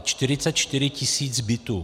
44 tisíc bytů.